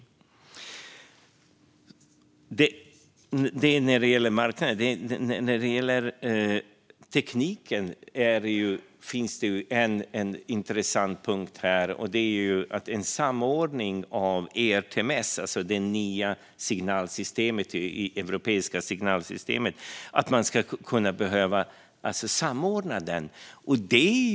Detta kan sägas när det gäller marknaden. När det gäller tekniken finns det en intressant punkt här. Det handlar om att man ska kunna samordna ERTMS, det nya europeiska signalsystemet. Det är en positiv sak.